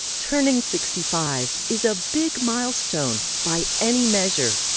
turning sixty five is a big milestone by any measure.